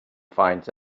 finds